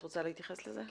את רוצה להתייחס לזה?